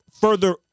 further